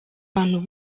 abantu